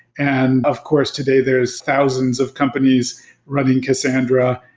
and of course, today, there is thousands of companies running cassandra.